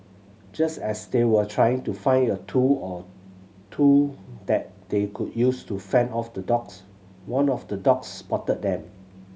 just as they were trying to find a tool or two that they could use to fend off the dogs one of the dogs spotted them